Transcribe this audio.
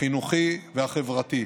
החברתי והחינוכי,